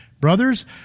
brothers